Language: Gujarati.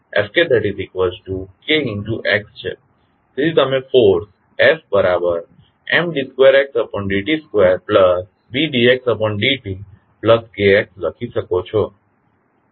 તેથી તમે force FMd 2xd t 2Bd xd tKx લખી શકો છો